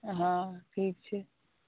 हॅं ठीक छै